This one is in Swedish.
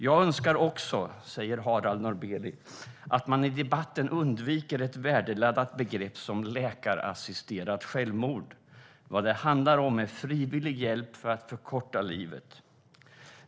- Jag önskar också att man i debatten undviker ett värdeladdat begrepp som 'läkarassisterat självmord'. Vad det handlar om är frivillig hjälp att förkorta livet.